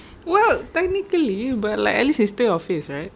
well technically but like at least is still obvious right